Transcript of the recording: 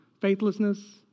faithlessness